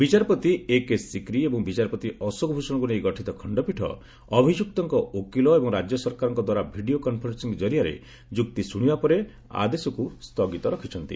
ବିଚାରପତି ଏକେ ସିକ୍ରି ଏବଂ ବିଚାରପତି ଅଶୋକ ଭୂଷଣଙ୍କୁ ନେଇ ଗଠିତ ଖଣ୍ଡପୀଠ ଅଭିଯୁକ୍ତଙ୍କ ଓକିଲ ଏବଂ ରାଜ୍ୟସରକାରଙ୍କ ଦ୍ୱାରା ଭିଡ଼ିଓ କନ୍ଫରେନ୍ସିଂ ଜରିଆରେ ଯୁକ୍ତି ଶୁଶିବା ପରେ ଆଦେଶ ସ୍ଥଗିତ ରଖିଛନ୍ତି